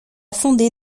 fondé